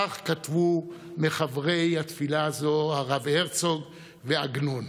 כך כתבו מחברי התפילה הזאת, הרב הרצוג ועגנון.